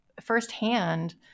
firsthand